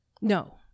No